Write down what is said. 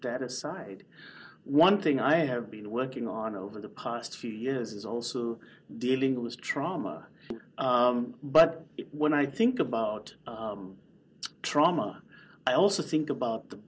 that aside one thing i have been working on over the past few years is also dealing with trauma but when i think about trauma i also think about the